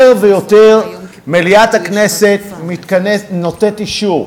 יותר ויותר מליאת הכנסת נותנת אישור,